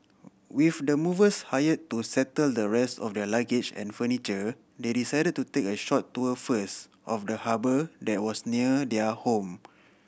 with the movers hire to settle the rest of their luggage and furniture they decided to take a short tour first of the harbour that was near their home